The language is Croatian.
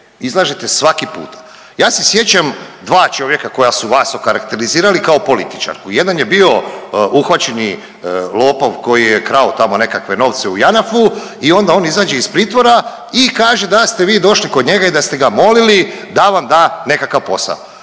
izlažete svaki puta. Ja se sjećam dva čovjeka koja su vas okarakterizirali kao političarku, jedan je bio uhvaćeni lopov koji je krao tamo neke novce u Janafu i onda on izađe i pritvora i kaže da ste vi došli kod njega da ste ga molili da vam da nekakav posao.